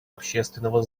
общественного